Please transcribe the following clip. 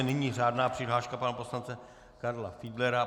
Nyní řádná přihláška pana poslance Karla Fiedlera.